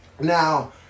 Now